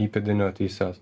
įpėdinio teises